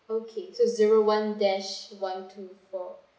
okay so zero one dash one two four